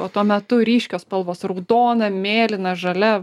o tuo metu ryškios spalvos raudona mėlyna žalia